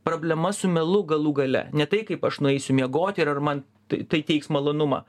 problema su melu galų gale ne tai kaip aš nueisiu miegoti ir ar man tai teiks malonumą